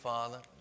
Father